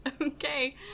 Okay